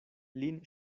lin